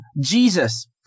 Jesus